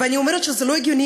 ואני אומרת שזה לא הגיוני,